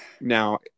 Now